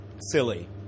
silly